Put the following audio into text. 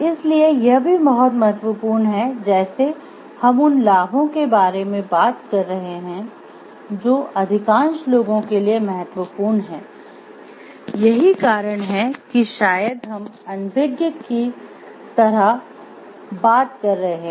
इसलिए यह भी बहुत महत्वपूर्ण है जैसे हम उन लाभों के बारे में बात कर रहे हैं जो अधिकांश लोगों के लिए महत्वपूर्ण हैं यही कारण है कि शायद हम अनभिज्ञ की तरह बात कर रहे हैं